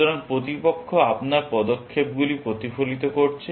সুতরাং প্রতিপক্ষ আপনার পদক্ষেপগুলি প্রতিফলিত করছে